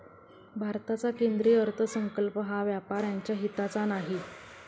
भारताचा केंद्रीय अर्थसंकल्प हा व्यापाऱ्यांच्या हिताचा नाही